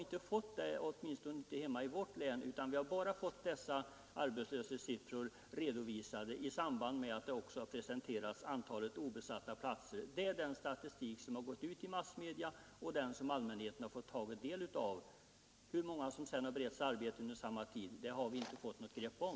Det sker inte nu, åtminstone inte i Värmland, utan vi har bara fått obesatta platser. Det är den statistik som gått ut i massmedia och som allmänheten har fått ta del av. Hur många som under samma tid har beretts arbete har vi inte något begrepp om.